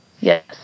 Yes